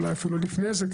אולי אפילו לפני זה,